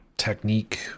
technique